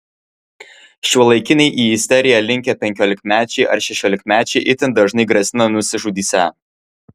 šiuolaikiniai į isteriją linkę penkiolikmečiai ar šešiolikmečiai itin dažnai grasina nusižudysią